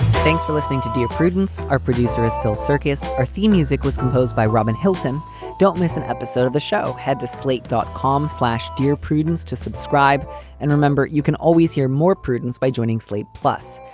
thanks for listening to dear prudence. our producer is phil circus. our theme music was composed by robin hilton don't miss an episode of the show. head to slate dot com slash dear prudence to subscribe and remember, you can always hear more prudence by joining slate plus,